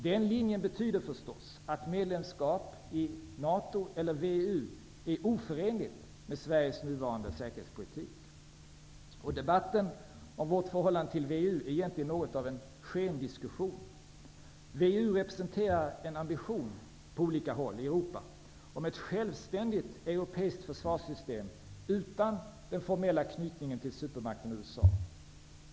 Den linjen betyder förstås att medlemskap i NATO eller VEU är oförenligt med Sveriges nuvarande säkerhetspolitik. Debatten om vårt förhållande till VEU är egentligen något av en skendiskussion. VEU representerar en ambition på olika håll i Europa om ett självständigt europeiskt försvarssystem utan den formella knytningen till supermakten USA.